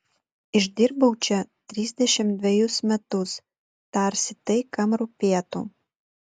išdirbau čia trisdešimt dvejus metus tarsi tai kam rūpėtų